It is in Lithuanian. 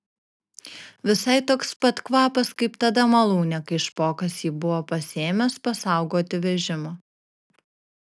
visai toks pat kvapas kaip tada malūne kai špokas jį buvo pasiėmęs pasaugoti vežimo